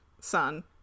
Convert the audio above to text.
son